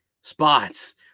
spots